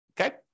Okay